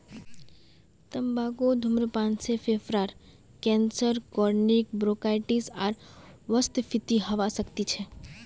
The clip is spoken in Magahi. तंबाकू धूम्रपान से फेफड़ार कैंसर क्रोनिक ब्रोंकाइटिस आर वातस्फीति हवा सकती छे